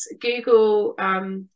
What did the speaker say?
Google